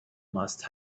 must